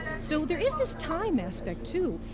so, there is this time aspect, too.